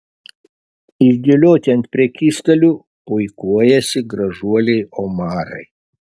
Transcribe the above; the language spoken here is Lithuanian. išdėlioti ant prekystalių puikuojasi gražuoliai omarai